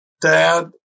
Dad